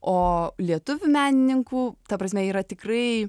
o lietuvių menininkų ta prasme yra tikrai